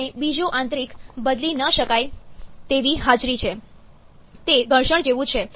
અને બીજું આંતરિક બદલી ન શકાય તેવી હાજરી છે તે ઘર્ષણ જેવું છે